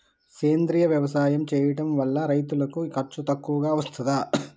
సేంద్రీయ వ్యవసాయం చేయడం వల్ల రైతులకు ఖర్చు తక్కువగా వస్తదా?